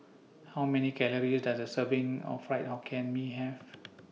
How Many Calories Does A Serving of Fried Hokkien Mee Have